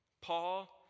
Paul